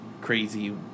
crazy